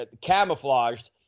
camouflaged